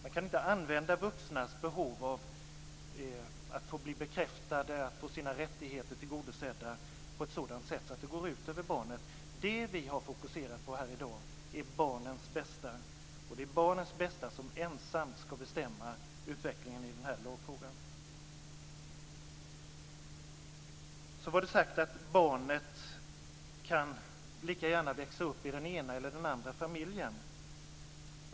Man kan inte använda vuxnas behov av att få bli bekräftade och att få sina rättigheter tillgodosedda på ett sådant sätt att det går ut över barnen. Det vi har fokuserat på här i dag är barnens bästa, och det är barnens bästa som ensamt ska bestämma utvecklingen i den här lagfrågan. Så var det sagt att barnet lika gärna kan växa upp i den ena eller andra familjen.